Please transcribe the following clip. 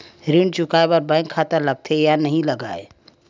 ऋण चुकाए बार बैंक खाता लगथे या नहीं लगाए?